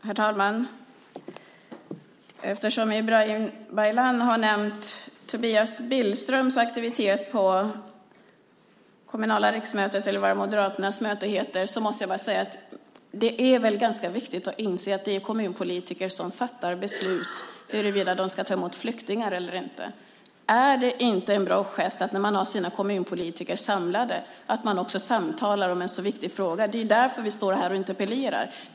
Herr talman! Ibrahim Baylan nämnde Tobias Billströms aktivitet på Moderaternas kommunala riksmöte, eller vad det heter. Det är ganska viktigt att inse att det är kommunpolitiker som fattar beslut huruvida kommuner ska ta emot flyktingar eller inte. Är det inte en bra gest när man har sina kommunpolitiker samlade att också samtala om en så viktig fråga? Det är därför vi står här och har en interpellationsdebatt.